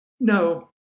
No